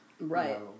right